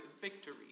victory